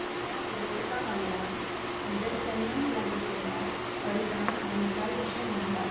खऱ्या विरोधकां वांगडा निदर्शनांत लागू केल्यार अर्जांक बुंकाई अशें म्हणटात